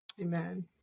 amen